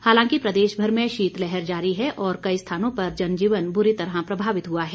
हालांकि प्रदेश भर में शीतलहर जारी है और कई स्थानों पर जनजीवन बुरी तरह प्रभावित हुआ है